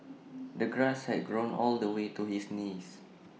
the grass had grown all the way to his knees